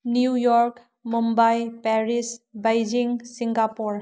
new York Mumbai Paris Beijing Singapore